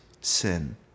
sin